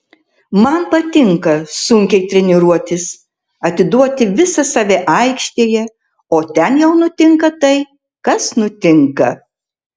man patinka sunkiai treniruotis atiduoti visą save aikštėje o ten jau nutinka tai kas nutinka